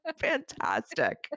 fantastic